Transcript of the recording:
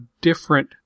different